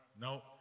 No